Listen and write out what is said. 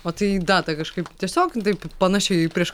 o tai datą kažkaip tiesiog taip panašiai prieš